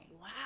Wow